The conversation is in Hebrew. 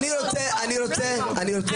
אני רוצה --- לא,